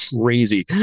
crazy